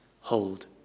hold